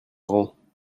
grands